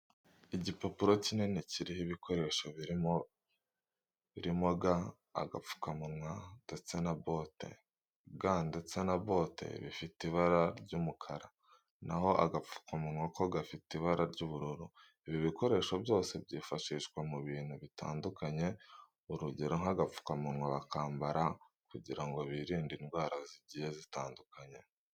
Igipapuro kinini kiriho ibikoresho birimo ga, agapfukamunwa ndetse na bote. Ga ndetse na bote bifite ibara ry'umukara, naho agapfukamunwa ko gafite ibara ry'ubururu. Ibi bikoresho byose byifashishwa mu bintu bitandukanye. Urugero nk'agapfukamunwa bakambara kugira ngo birinde indwara zigiye zitandukanye.